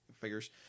figures